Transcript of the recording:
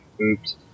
Oops